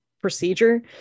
procedure